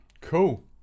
Cool